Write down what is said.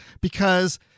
because-